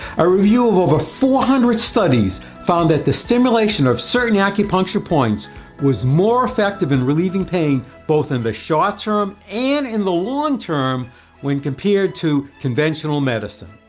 a review of over four hundred studies found that the stimulation of certain yeah acupuncture points was more effective in relieving pain both in the short term and in the long term when compared to conventional medicine.